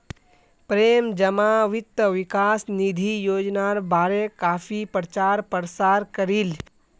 प्रेम जमा वित्त विकास निधि योजनार बारे काफी प्रचार प्रसार करील